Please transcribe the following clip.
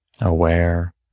aware